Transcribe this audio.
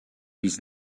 his